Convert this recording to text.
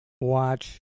watch